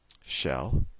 shell